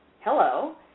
hello